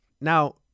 Now